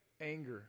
anger